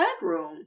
bedroom